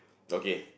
okay